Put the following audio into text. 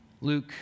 Luke